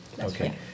Okay